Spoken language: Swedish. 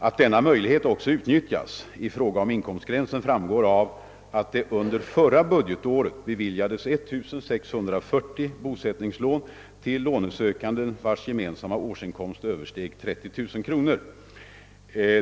Att denna möjlighet också utnyttjas i fråga om inkomstgränsen framgår av att det under förra budgetåret beviljades 1640 bosättningslån till lånesökande vilkas gemensamma årsinkomst översteg 30 000 kronor.